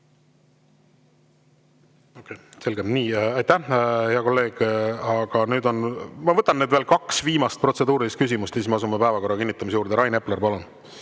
Selge. Aitäh, hea kolleeg! Aga nüüd ma võtan veel need kaks viimast protseduurilist küsimust ja siis me asume päevakorra kinnitamise juurde. Rain Epler, palun!